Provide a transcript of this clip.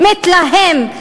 מתלהם,